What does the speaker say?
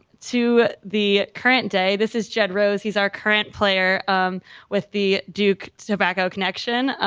to the current day, this is jed rose. he's our current player um with the duke tobacco connection.